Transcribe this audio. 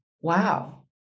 wow